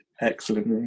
Excellent